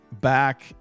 back